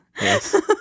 Yes